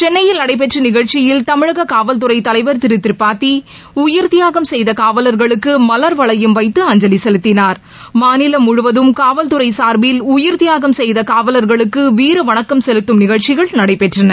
சென்னையில் நடைபெற்ற நிகழ்ச்சியில் காவல்துறை தலைவர் தமிழக திரு திரிபாதி உயிர்த்தியாகம் செய்த காவலர்களுக்கு மலர்வளையம் வைத்து அஞ்சலி செலுத்திளார்மாநிலம் முழுவதம் காவல்துறை சார்பில் உயிர்தியாகம் செய்த காவலர்களுக்கு வீரவணக்கம் செலுத்தம் நிகழ்ச்சிகள் நடைபெற்றன